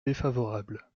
défavorable